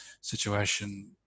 situation